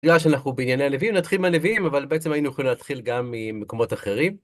בגלל שאנחנו בענייני הנביאים, נתחיל מהנביאים, אבל בעצם היינו יכולים להתחיל גם ממקומות אחרים.